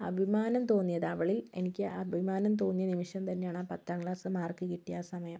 അഭിമാനം തോന്നിയത് അവളിൽ എനിക്ക് അഭിമാനം തോന്നിയ നിമിഷം തന്നെയാണ് ആ പത്താം ക്ലാസ്സ് മാർക്ക് കിട്ടിയ ആ സമയം